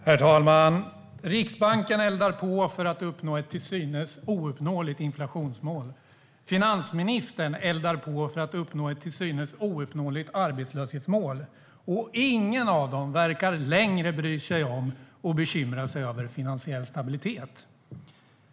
Herr talman! Riksbanken eldar på för att uppnå ett till synes ouppnåeligt inflationsmål. Finansministern eldar på för att uppnå ett till synes ouppnåeligt arbetslöshetsmål. Ingen av dem verkar längre bekymra sig över finansiell stabilitet.